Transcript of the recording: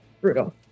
Brutal